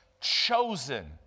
chosen